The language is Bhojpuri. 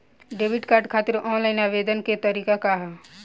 डेबिट कार्ड खातिर आन लाइन आवेदन के का तरीकि ह?